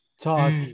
Talk